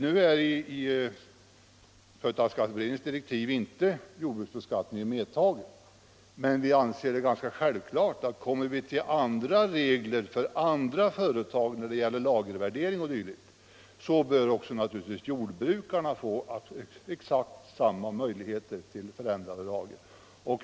I företagsskatteberedningens direktiv är inte jordbruksbeskattningen medtagen, men vi anser det ganska självklart att om man kommer fram till andra regler för andra företag när det gäller lagervärdering o. d. bör naturligtvis också jordbrukarna få exakt samma möjligheter till förändrade lager.